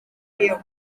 guió